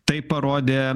tai parodė